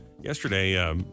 Yesterday